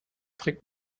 trägt